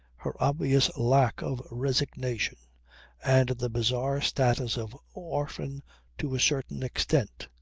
her obvious lack of resignation and the bizarre status of orphan to a certain extent.